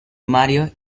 mario